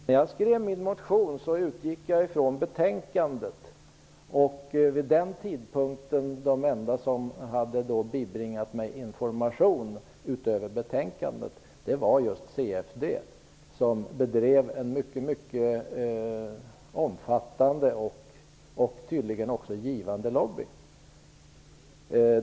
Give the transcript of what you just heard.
Herr talman! När jag skrev min motion utgick jag från betänkandet. De som vid den tidpunkten var de enda som hade bibringat mig information, utöver den information som jag fick genom betänkandet, var just CFD som bedrev en mycket omfattande och tydligen också givande lobbying.